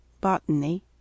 Botany